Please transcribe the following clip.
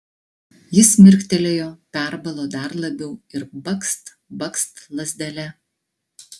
jis mirktelėjo perbalo dar labiau ir bakst bakst lazdele